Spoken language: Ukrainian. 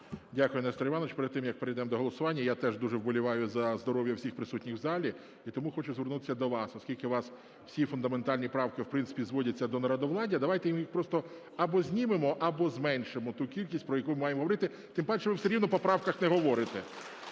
Дякую, Нестор Іванович. Перед тим як перейдемо до голосування, я теж дуже вболіваю за здоров'я всіх присутніх в залі і тому хочу звернутися до вас, оскільки у вас всі фундаментальні правки, в принципі, зводяться до народовладдя, давайте ми їх просто або знімемо, або зменшимо ту кількість, про яку ми маємо говорити, тим паче, що ви все рівно по правках не говорите.